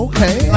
Okay